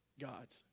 God's